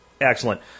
excellent